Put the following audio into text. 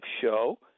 show